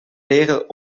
leren